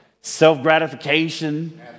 Self-gratification